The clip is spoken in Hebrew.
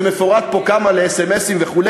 ומפורט פה כמה לאס.אם.אסים וכו'.